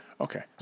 Okay